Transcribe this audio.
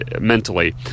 mentally